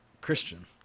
Christian